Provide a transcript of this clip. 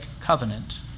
covenant